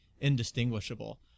indistinguishable